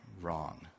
wrong